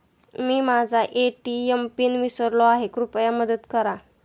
मी माझा ATM PIN विसरलो आहे, कृपया मदत करा